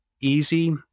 easy